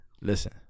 Listen